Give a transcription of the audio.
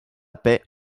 paix